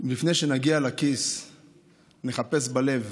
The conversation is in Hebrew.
ולפני שנגיע לכיס נחפש בלב,